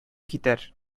китәр